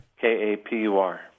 K-A-P-U-R